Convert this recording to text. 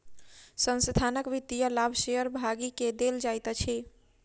संस्थानक वित्तीय लाभ शेयर भागी के देल जाइत अछि